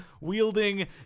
Wielding